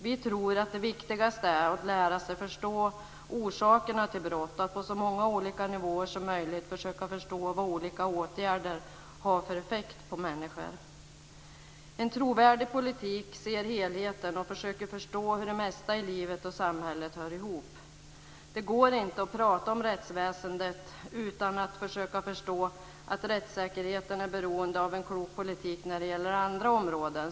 Vi tror att det viktigaste är att lära sig att förstå orsakerna till brott och att på så många olika nivåer som möjligt försöka förstå vad olika åtgärder har för effekt på människor. En trovärdig politik ser helheten och försöker förstå hur det mesta i livet och samhället hör ihop. Det går inte att prata om rättsväsendet utan att försöka förstå att rättssäkerheten är beroende av en klok politik när det gäller andra områden.